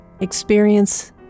experience